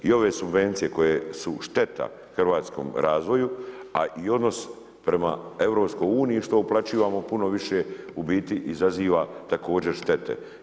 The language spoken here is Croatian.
I ove subvencije koje su šteta hrvatskom razvoju, a i odnos prema EU što uplaćivamo puno više u biti izaziva također šteta.